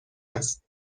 است